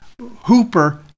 hooper